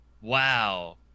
Wow